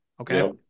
Okay